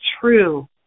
true